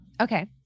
Okay